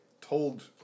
told